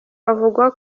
havugwa